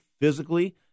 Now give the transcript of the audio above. physically